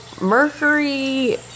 Mercury